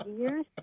years